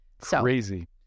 Crazy